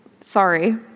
sorry